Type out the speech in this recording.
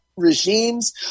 regimes